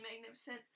magnificent